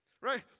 Right